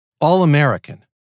all-American